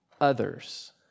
others